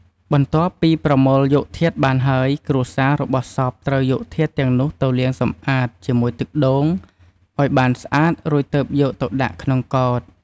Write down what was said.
បន្ទប់ពីប្រមូលយកធាតុបានហើយ គ្រួសាររបស់សពត្រូវយកធាតុទាំងនោះទៅលាងសម្អាតជាមួយទឹកដូងឲ្យបានស្អាតរួចទើបយកទៅដាក់ក្នុងកោដ្ឋ។